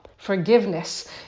forgiveness